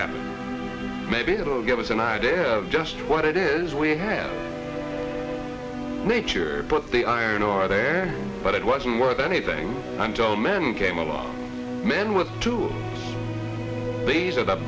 happens maybe that'll give us an idea of just what it is we have nature but the iron ore there but it wasn't worth anything until men came along men with two days are the